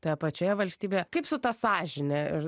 toje pačioje valstybėje kaip su ta sąžine ir